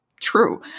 true